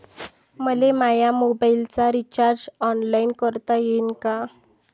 मले माया मोबाईलचा रिचार्ज ऑनलाईन करता येईन का?